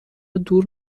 دور